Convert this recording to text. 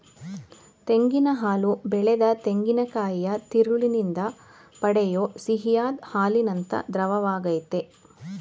ತೆಂಗಿನ ಹಾಲು ಬೆಳೆದ ತೆಂಗಿನಕಾಯಿಯ ತಿರುಳಿನಿಂದ ಪಡೆಯೋ ಸಿಹಿಯಾದ್ ಹಾಲಿನಂಥ ದ್ರವವಾಗಯ್ತೆ